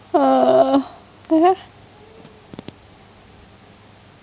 !huh!